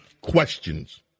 questions